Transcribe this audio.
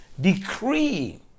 decree